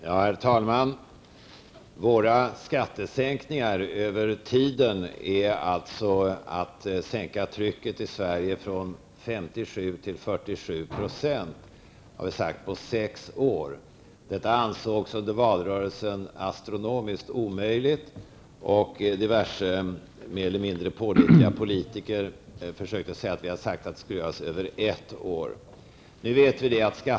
Herr talman! Vi har sagt att vi vill sänka skattetrycket i Sverige från 57 till 47 % och göra det på sex år. Detta ansågs under valrörelsen astronomiskt omöjligt, och diverse mer eller mindre pålitliga politiker försökte framställa det så att vi skulle ha sagt att den sänkningen skulle genomföras på ett år. Nu vet vi att bl.a.